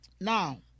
Now